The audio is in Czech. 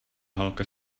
holka